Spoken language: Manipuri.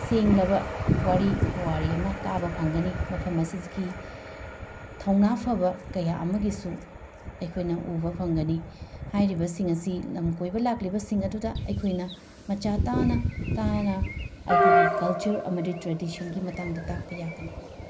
ꯁꯦꯡꯂꯕ ꯋꯥꯔꯤ ꯄꯨꯋꯥꯔꯤ ꯑꯃ ꯇꯥꯕ ꯐꯪꯒꯅꯤ ꯃꯐꯝ ꯑꯁꯤꯒꯤ ꯊꯧꯅꯥ ꯐꯕ ꯀꯌꯥ ꯑꯃꯒꯤꯁꯨ ꯑꯩꯈꯣꯏꯅ ꯎꯕ ꯐꯪꯒꯅꯤ ꯍꯥꯏꯔꯤꯕꯁꯤꯡ ꯑꯁꯤ ꯂꯝ ꯀꯣꯏꯕ ꯂꯥꯛꯂꯤꯕꯁꯤꯡ ꯑꯗꯨꯗ ꯑꯩꯈꯣꯏꯅ ꯃꯆꯥ ꯇꯥꯅ ꯇꯥꯅ ꯑꯩꯈꯣꯏꯒꯤ ꯀꯜꯆꯔ ꯑꯃꯗꯤ ꯇ꯭ꯔꯦꯗꯤꯁꯟꯒꯤ ꯃꯇꯥꯡꯗ ꯇꯥꯛꯄ ꯌꯥꯒꯅꯤ